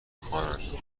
خواننده